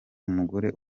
umugore